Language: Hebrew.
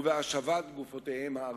ובהשבת גופותיהם ארצה.